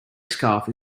scarf